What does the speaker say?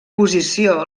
posició